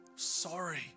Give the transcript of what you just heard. sorry